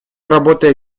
работая